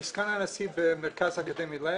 אני סגן הנשיא במרכז אקדמי לב.